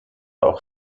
auch